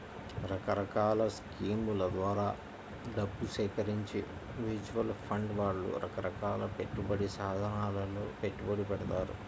రకరకాల స్కీముల ద్వారా డబ్బు సేకరించి మ్యూచువల్ ఫండ్ వాళ్ళు రకరకాల పెట్టుబడి సాధనాలలో పెట్టుబడి పెడతారు